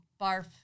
Barf